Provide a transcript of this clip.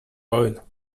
oil